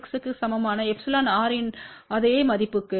6 க்கு சமமானεrஇன் அதே மதிப்புக்கு